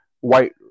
white